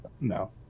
No